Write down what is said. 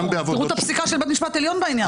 תראו את הפסיקה של בית משפט עליון בעניין.